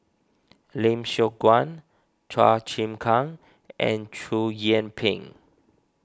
Lim Siong Guan Chua Chim Kang and Chow Yian Ping